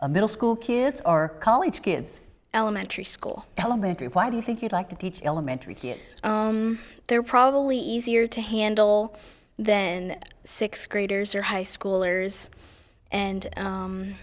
a middle school kids or college kids elementary school elementary why do you think you'd like to teach elementary kids they're probably easier to handle then sixth graders or high schoolers and